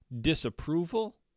disapproval